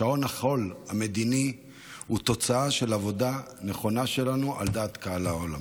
שעון החול המדיני הוא תוצאה של עבודה נכונה שלנו על דעת קהל העולם.